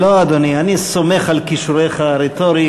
לא, אדוני, אני סומך על כישוריך הרטוריים,